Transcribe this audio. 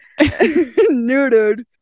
neutered